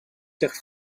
zich